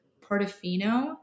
Portofino